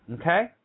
okay